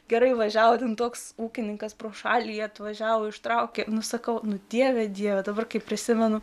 gerai važiavo ten toks ūkininkas pro šalį atvažiavo ištraukė nu sakau nu dieve dieve dabar kai prisimenu